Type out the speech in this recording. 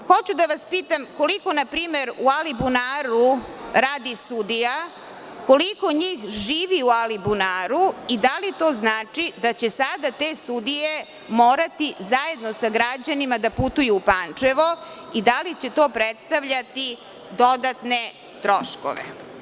Hoću da vas pitam koliko, na primer, u Alibunaru radi sudija, koliko njih živi u Alibunaru i da li to znači da će sada te sudije morati, zajedno sa građanima, da putujuu Pančevo i da li će to predstavljati dodatne troškove?